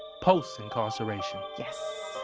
post-incarceration yes